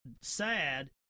sad